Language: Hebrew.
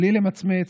בלי למצמץ,